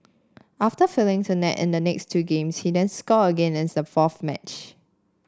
after failing to net in the next two games he then scored again in the fourth match